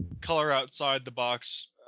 color-outside-the-box